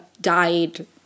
died